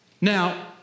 Now